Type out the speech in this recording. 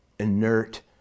Inert